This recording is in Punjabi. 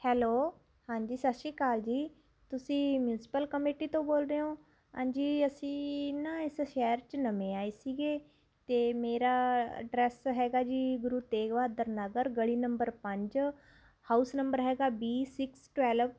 ਹੈਲੋ ਹਾਂਜੀ ਸਤਿ ਸ਼੍ਰੀ ਅਕਾਲ ਜੀ ਤੁਸੀਂ ਮਿਊਨਸੀਪਲ ਕਮੇਟੀ ਤੋਂ ਬੋਲ ਰਹੇ ਹੋ ਹਾਂਜੀ ਅਸੀਂ ਨਾ ਇਸ ਸ਼ਹਿਰ 'ਚ ਨਵੇਂ ਆਏ ਸੀਗੇ ਅਤੇ ਮੇਰਾ ਅਡਰੈਸ ਹੈਗਾ ਜੀ ਗੁਰੂ ਤੇਗ ਬਹਾਦਰ ਨਗਰ ਗਲੀ ਨੰਬਰ ਪੰਜ ਹਾਊਸ ਨੰਬਰ ਹੈਗਾ ਬੀ ਸਿਕਸ ਟਵੈਲਵ